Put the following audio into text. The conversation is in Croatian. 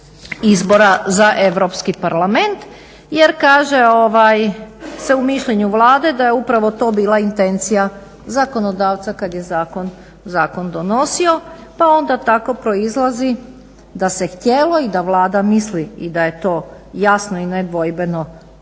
izbora za Europski parlament. Jer kaže se u mišljenju Vlade da je upravo to bila intencija zakonodavca kad je zakon donosio, pa onda tako proizlazi se htjelo i da Vlada misli i da je to jasno i nedvojbeno